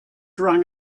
rang